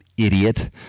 Idiot